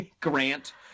grant